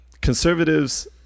conservatives